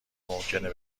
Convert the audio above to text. ممکنه